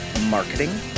marketing